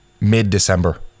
mid-December